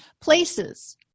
places